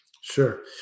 Sure